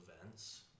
events